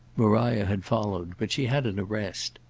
maria had followed, but she had an arrest.